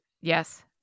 Yes